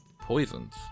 poisons